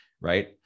right